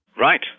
Right